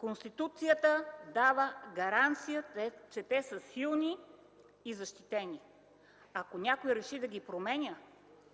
Конституцията дава гаранция, че те са силни и защитени. Ако някой реши да ги променя,